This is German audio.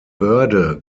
börde